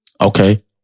Okay